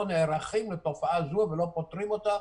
נערכים לתופעה הזאת ולא פותרים אותה,